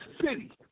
City